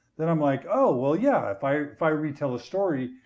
then i'm like, oh, well yeah, if i if i retell a story,